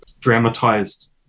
dramatized